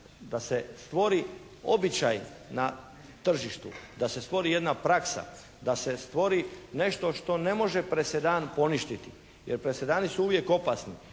da se stvori običaj na tržištu, da se stvori jedna praksa, da se stvori nešto što ne može presedan poništiti jer presedani su uvijek opasni.